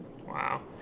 Wow